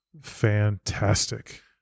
fantastic